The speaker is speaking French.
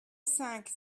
cinq